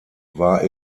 war